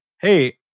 hey